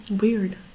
weird